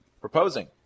proposing